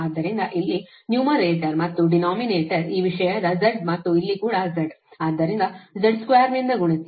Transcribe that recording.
ಆದ್ದರಿಂದ ಇಲ್ಲಿ ನ್ಯೂಮರೇಟರ್ ಮತ್ತು ಡಿನೋಮಿನೇಟರ್ ಈ ವಿಷಯದ Z ಮತ್ತು ಇಲ್ಲಿ ಕೂಡ Z ಆದ್ದರಿಂದ Z2 ನಿಂದ ಗುಣಿಸಿ